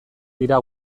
dira